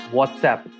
Whatsapp